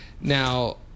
Now